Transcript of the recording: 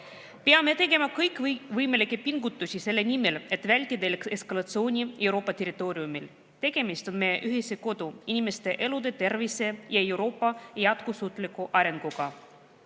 Peame tegema kõikvõimalikke pingutusi selle nimel, et vältida eskalatsiooni Euroopa territooriumil. Tegemist on meie ühise kodu, inimeste elude, tervise ja Euroopa jätkusuutliku arenguga. Head